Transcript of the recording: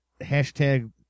hashtag